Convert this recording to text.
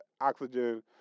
oxygen